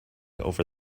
over